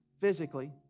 physically